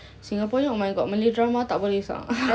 singapore punya oh my god malay drama tak boleh sia